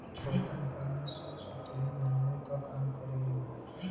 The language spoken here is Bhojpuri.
औरतन घर के सूप सुतुई बनावे क काम करेलीन